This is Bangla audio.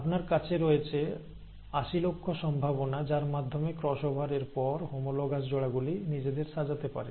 আপনার কাছে রয়েছে 80 লক্ষ সম্ভাবনা যার মাধ্যমে ক্রসওভার এর পর হোমোলোগাস জোড়া গুলি নিজেদের সাজাতে পারে